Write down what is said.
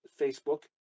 facebook